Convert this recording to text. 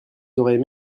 auraient